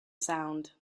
sound